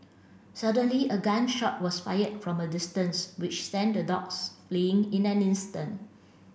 suddenly a gun shot was fired from a distance which sent the dogs fleeing in an instant